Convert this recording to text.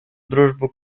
дружбу